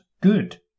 good